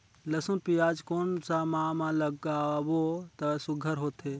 लसुन पियाज कोन सा माह म लागाबो त सुघ्घर होथे?